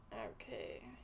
Okay